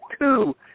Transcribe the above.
two